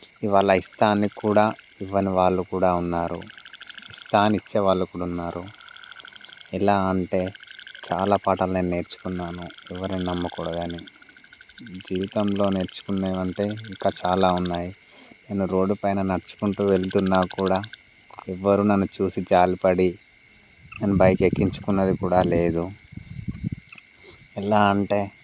ఇవాళ ఇస్తా అని కూడా ఇవ్వని వాళ్ళు కూడా ఉన్నారు ఇస్తా అని ఇచ్చే వాళ్ళు కూడున్నారు ఎలా అంటే చాలా పాఠాలు నేను నేర్చుకున్నాను ఎవరిని నమ్మకూడదు అని జీవితంలో నేర్చుకున్నవంటే ఇంకా చాలా ఉన్నాయి నేను రోడ్డుపైన నడుచుకుంటూ వెళ్తున్నా కూడా ఎవ్వరూ నన్ను చూసి జాలిపడి నన్ను బైక్ ఎక్కించుకున్నది కూడా లేదు ఎలా అంటే